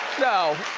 no.